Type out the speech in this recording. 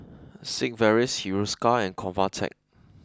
Sigvaris Hiruscar and Convatec